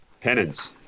Penance